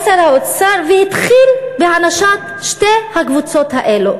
בא שר האוצר והתחיל בהענשת שתי הקבוצות האלה.